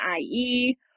IE